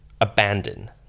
abandon